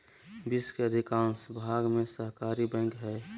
विश्व के अधिकांश भाग में सहकारी बैंक हइ